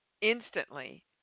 instantly